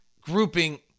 grouping